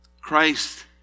Christ